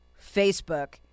Facebook